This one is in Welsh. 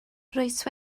rwyt